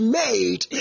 made